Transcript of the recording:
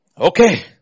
Okay